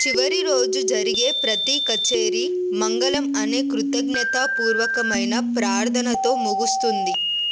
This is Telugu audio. చివరి రోజు జరిగే ప్రతీ కచేరీ మంగళం అనే కృతజ్ఞతాపూర్వకమైన ప్రార్థనతో ముగుస్తుంది